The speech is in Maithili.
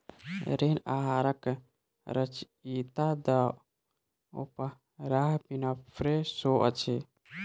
ऋण आहारक रचयिता द ओपराह विनफ्रे शो अछि